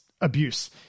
abuse